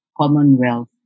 Commonwealth